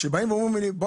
כשאומרים לי בוא